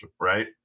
Right